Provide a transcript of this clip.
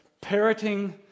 parroting